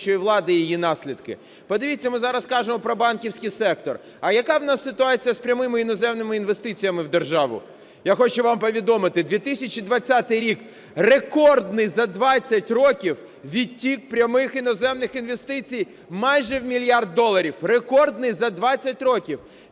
влади і її наслідки. Подивіться, ми зараз кажемо про банківський сектор. А яка у нас ситуація з прямими іноземними інвестиціями в державу? Я хочу вам повідомити: 2020 рік – рекордний за 20 років відтік прямих іноземних інвестицій майже в 1 мільярд доларів. Рекордний за 20 років!